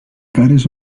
cares